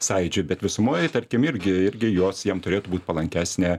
sąjūdžiui bet visumoj tarkim irgi irgi jos jiem turėtų būt palankesnė